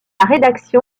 rédaction